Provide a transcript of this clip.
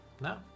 No